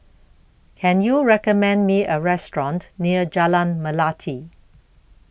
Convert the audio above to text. Can YOU recommend Me A Restaurant near Jalan Melati